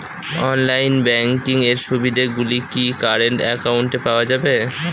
Online banking এর সুবিধে গুলি কি কারেন্ট অ্যাকাউন্টে পাওয়া যাবে?